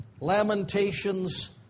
Lamentations